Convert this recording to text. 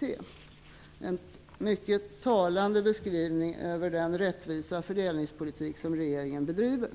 Detta är en mycket talande beskrivning av den rättvisa fördelningspolitik som regeringen bedriver.